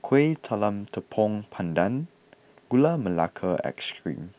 Kueh Talam Tepong Pandan Gula Melaka Ice Cream